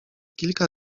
kilka